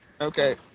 Okay